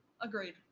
Agreed